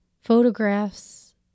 Photographs